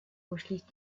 umschließt